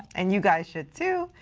and you guys should too.